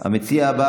במליאה?